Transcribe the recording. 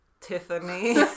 Tiffany